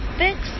fix